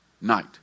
night